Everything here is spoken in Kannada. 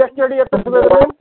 ಎಷ್ಟು ಅಡಿ ಎತ್ತರ ಬೇಕು